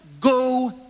go